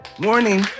morning